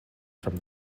from